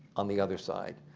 on the other side,